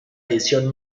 edición